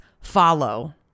follow